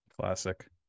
classic